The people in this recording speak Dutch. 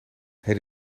het